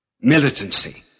militancy